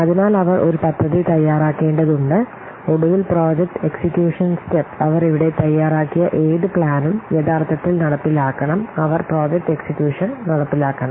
അതിനാൽ അവർ ഒരു പദ്ധതി തയ്യാറാക്കേണ്ടതുണ്ട് ഒടുവിൽ പ്രോജക്റ്റ് എക്സിക്യൂഷൻ സ്റ്റെപ്പ് അവർ ഇവിടെ തയ്യാറാക്കിയ ഏത് പ്ലാനും യഥാർത്ഥത്തിൽ നടപ്പിലാക്കണം അവർ പ്രോജക്റ്റ് എക്സിക്യൂഷൻ നടപ്പിലാക്കണം